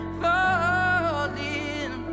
falling